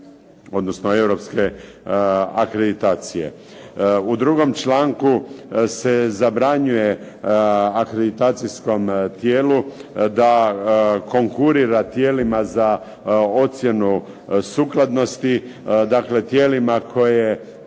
odnosno Europske akreditacije. U drugom članku se zabranjuje akreditacijskom tijelu da konkurira tijelima za ocjenu sukladnosti, dakle tijelima koja